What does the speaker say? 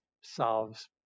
solves